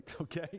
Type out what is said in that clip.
okay